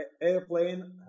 Airplane